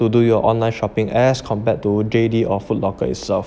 to do your online shopping as compared to J_D or Foot Locker itself